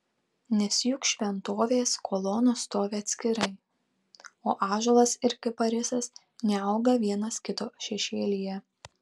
nes juk šventovės kolonos stovi atskirai o ąžuolas ir kiparisas neauga vienas kito šešėlyje